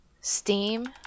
Steam